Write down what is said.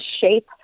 shape